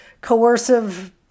coercive